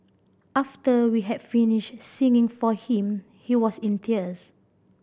after we had finished singing for him he was in tears